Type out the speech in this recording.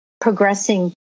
progressing